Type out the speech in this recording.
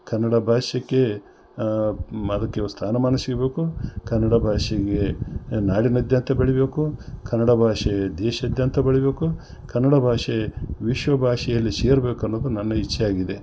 ಕನ್ನಡ ಭಾಷೆಗೆ ಮ ಅದಕ್ಕಿರೋ ಸ್ಥಾನಮಾನ ಸಿಗಬೇಕು ಕನ್ನಡ ಭಾಷೆಗೆ ನಾಡಿನಾದ್ಯಂತ ಬೆಳೀಬೇಕು ಕನ್ನಡ ಭಾಷೆ ದೇಶಾದ್ಯಂತ ಬೆಳೀಬೇಕು ಕನ್ನಡ ಭಾಷೆ ವಿಶ್ವ ಭಾಷೆಯಲ್ಲಿ ಸೇರ್ಬೇಕು ಅನ್ನೋದು ನನ್ನ ಇಚ್ಛೆಯಾಗಿದೆ